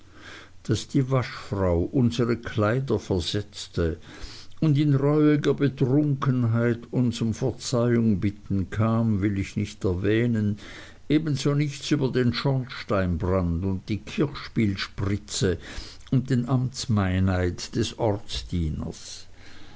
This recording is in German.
daß die waschfrau unsere kleider versetzte und in reuiger betrunkenheit uns um verzeihung bitten kam will ich nicht erwähnen ebenso nichts über den schornsteinbrand und die kirchspielspritze und den amtsmeineid des